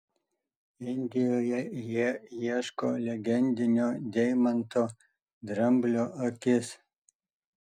indijoje jie ieško legendinio deimanto dramblio akis